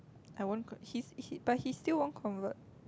I won't con~ he's he but he still won't convert